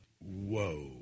Whoa